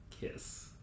Kiss